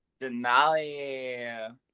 denali